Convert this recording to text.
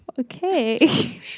okay